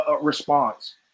response